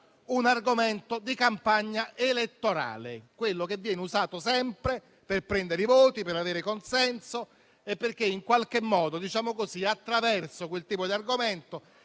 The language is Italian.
un argomento di campagna elettorale, quello che viene usato sempre per prendere i voti, per avere consenso e perché in qualche modo, attraverso quel tipo di argomento